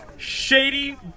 Shady